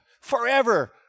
forever